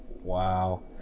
Wow